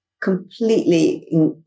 completely